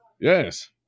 Yes